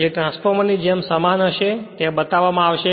જે ટ્રાન્સફોર્મરની જેમ સમાન હશે ત્યાં બતાવવામાં આવશે